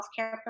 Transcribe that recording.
healthcare